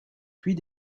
puis